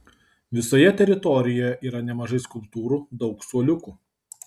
visoje teritorijoje yra nemažai skulptūrų daug suoliukų